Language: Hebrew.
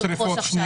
לרכוש עכשיו,